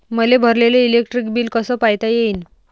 मले भरलेल electric bill कस पायता येईन?